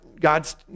God's